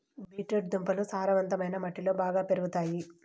beet root దుంపలు సారవంతమైన మట్టిలో బాగా పెరుగుతాయి